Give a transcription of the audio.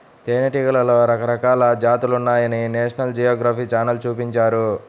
తేనెటీగలలో రకరకాల జాతులున్నాయని నేషనల్ జియోగ్రఫీ ఛానల్ చూపించారు